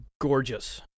gorgeous